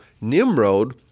Nimrod